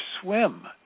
swim